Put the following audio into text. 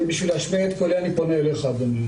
בשביל להשמיע את קולי, אני פונה אליך אדוני.